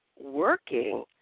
working